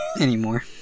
Anymore